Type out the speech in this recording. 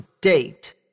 date